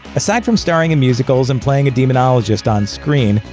aside from starring in musicals and playing a demonologist on-screen,